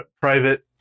private